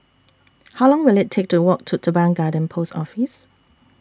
How Long Will IT Take to Walk to Teban Garden Post Office